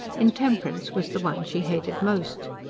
intemperance was the one she hated most.